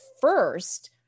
first